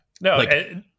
No